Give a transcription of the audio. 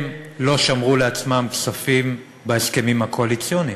הם לא שמרו לעצמם כספים בהסכמים הקואליציוניים,